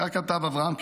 כך כתב אברהם קרצ'מר,